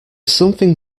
something